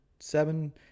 Seven